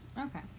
Okay